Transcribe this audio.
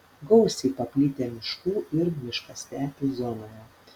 gausiai paplitę miškų ir miškastepių zonoje